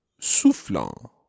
soufflant